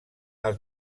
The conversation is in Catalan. els